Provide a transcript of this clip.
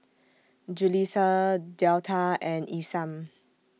Julisa Delta and Isam